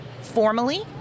formally